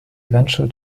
eventual